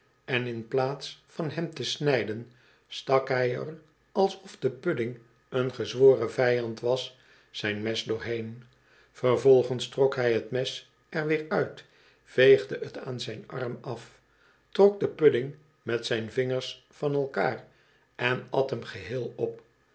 en in plaats van hem te snijden stak hij er alsof de pudding een gezworen vijand was zijn mes doorheen vervolgens trok hij het mes er weer uit veegde t aan zijn arm af trok den pudding met zijn vingers van elkaar en at hem geheel op